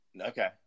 okay